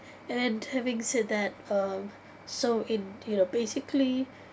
and then having said that um so indeed of basically